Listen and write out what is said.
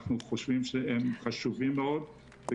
אנחנו חושבים שהם חשובים מאוד.